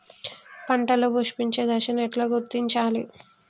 పంటలలో పుష్పించే దశను ఎట్లా గుర్తించాలి?